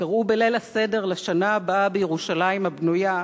קראו בליל הסדר "לשנה הבאה בירושלים הבנויה",